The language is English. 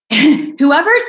whoever